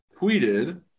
tweeted